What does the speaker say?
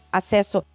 acesso